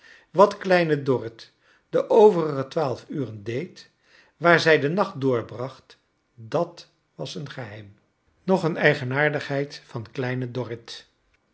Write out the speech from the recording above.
wat kleine dorrit de overige twaalf uren deed waar zij den nacht doorbracht dat was een geheim nog een eigenaardigheid van